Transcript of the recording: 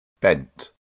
bent